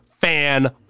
fan